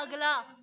अगला